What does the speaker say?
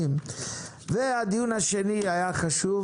הדיון השני היה חשוב